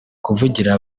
kuvugira